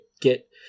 get